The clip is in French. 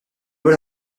nous